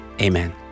Amen